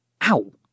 Ow